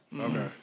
Okay